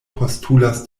postulas